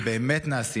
ובאמת נעשים,